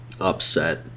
upset